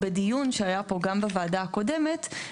בדיון שהיה פה גם בוועדה הקודמת,